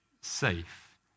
safe